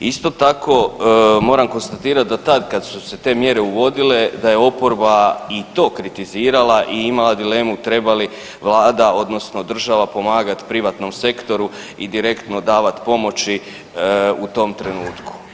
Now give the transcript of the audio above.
Isto tako moram konstatirati da tad kad su se te mjere uvodile da je oporba i to kritizirala i imala dilemu treba li vlada odnosno država pomagati privatnom sektoru i direktno davati pomoći u tom trenutku.